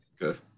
Good